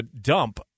dump